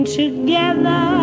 together